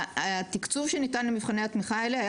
התקצוב שניתן למבחני התמיכה האלה היה